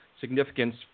significance